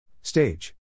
Stage